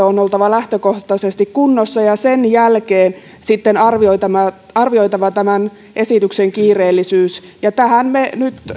on oltava lähtökohtaisesti kunnossa ja sen jälkeen on sitten arvioitava tämän esityksen kiireellisyys ja tähän me nyt